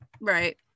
Right